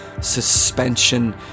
suspension